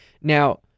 now